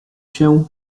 się